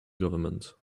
government